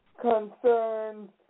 concerns